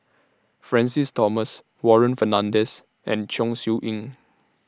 Francis Thomas Warren Fernandez and Chong Siew Ying